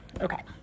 Okay